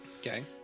Okay